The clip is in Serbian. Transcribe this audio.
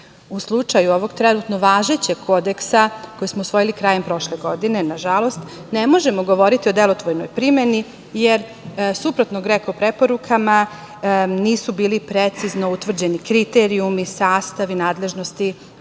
slučaju ovog trenutno važećeg Kodeksa, koji smo usvojili prošle godine, nažalost, ne možemo govoriti o delotvornoj primeni, jer, suprotno GREKO preporukama, nisu bili precizno utvrđeni kriterijumu, sastav i nadležnosti